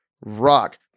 Rock